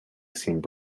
seemed